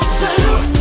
salute